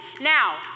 now